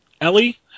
Ellie